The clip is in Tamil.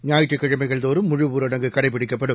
ஞாயிற்றுக்கிழமைகள் தோறும் முழு ஊரடங்கு கடைப்பிடிக்கபடும்